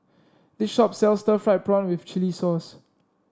this shop sells Stir Fried Prawn with Chili Sauce